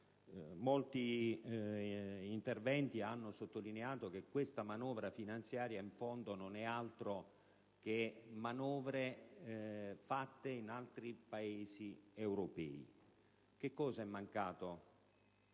molti interventi hanno sottolineato che questa manovra finanziaria in fondo è in linea con le manovre attuate in altri Paesi europei. Che cosa è mancato